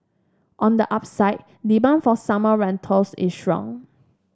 on the upside demand for summer rentals is strong